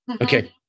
Okay